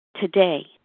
today